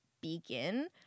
begin